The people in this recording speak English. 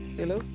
hello